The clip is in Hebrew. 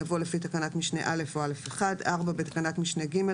יבוא "..לפי תקנת משנה א' או א/1.." בתקנת משנה ג',